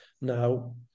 now